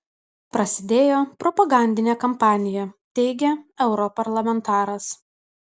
prasidėjo propagandinė kampanija teigia europarlamentaras